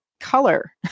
color